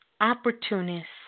opportunists